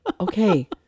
okay